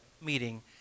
meeting